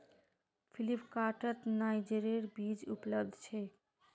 फ्लिपकार्टत नाइजरेर बीज उपलब्ध छेक